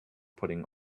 putting